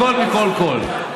הכול מכול כול,